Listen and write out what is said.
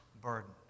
burden